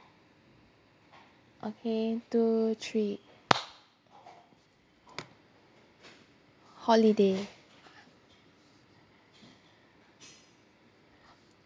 okay two three holiday